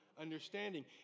understanding